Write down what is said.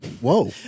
Whoa